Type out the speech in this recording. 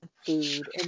food